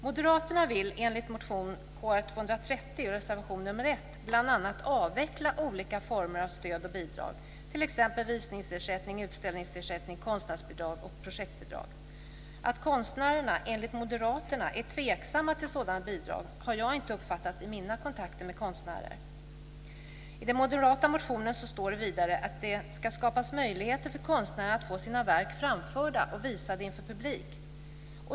Moderaterna vill enligt motion Kr230 och reservation nr 1 bl.a. avveckla olika former av stöd och bidrag, t.ex. visningsersättning, utställningsersättning, konstnärsbidrag och projektbidrag. Att konstnärerna, enligt moderaterna, är tveksamma till sådana bidrag har jag inte uppfattat i mina kontakter med konstnärer. I den moderata motionen står det vidare att det ska skapas möjligheter för konstnärerna att få sina verk framförda och visade inför publik.